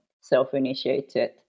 self-initiated